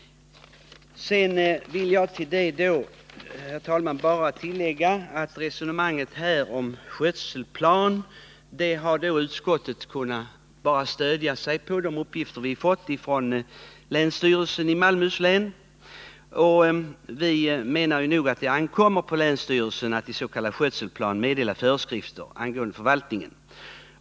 Till detta vill jag, herr talman, bara säga några ord i anslutning till resonemanget om skötselplan. Utskottet har här bara kunnat stödja sig på de uppgifter utskottet fått från länsstyrelsen i Malmöhus län. Vi menar att det ankommer på länsstyrelsen att i s.k. skötselplan meddela föreskrifter angående förvaltningen.